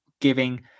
giving